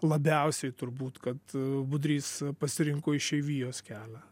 labiausiai turbūt kad budrys pasirinko išeivijos kelią